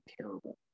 terrible